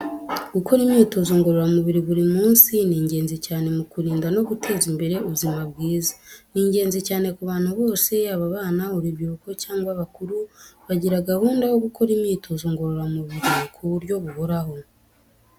Gukora imyitozo ngororamubiri buri munsi ni ingenzi cyane mu kurinda no guteza imbere ubuzima bwiza. Ni ingenzi cyane ku bantu bose, yaba abana, urubyiruko cyangwa abakuru, bagira gahunda yo gukora imyitozo ngororamubiri ku buryo buhoraho.